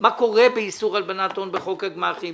מה קורה באיסור הלבנת הון בחוק הגמ"חים,